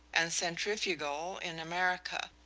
and centrifugal in america.